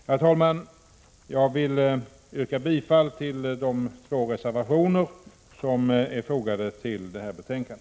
Herr talman! Jag vill yrka bifall till de två reservationer som är fogade till detta betänkande.